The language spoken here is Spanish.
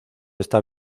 está